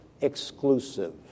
exclusive